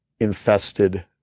infested